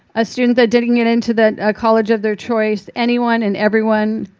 a student that didn't get into the college of their choice. anyone and everyone,